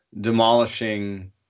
demolishing